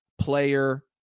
player